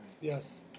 Yes